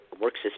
works